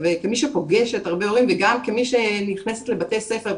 כמי שפוגשת הרבה הורים וגם כמי שנכנסת לבתי ספר,